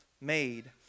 made